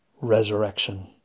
resurrection